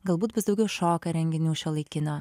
galbūt vis daugiau šoka renginių šiuolaikinio